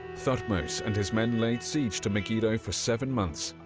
thutmose and his men laid siege to megiddo for seven months,